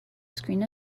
screen